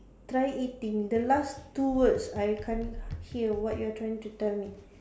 try eating the last two words I can't hear what you are trying to tell me